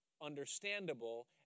understandable